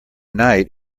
night